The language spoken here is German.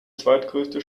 zweitgrößte